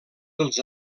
dels